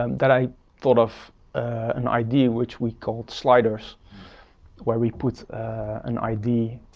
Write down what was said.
um that i thought of an idea which we called sliders where we put an idea